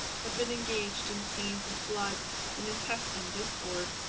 had been engaged in scenes of blood and intestine discord.